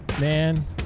Man